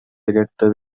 directe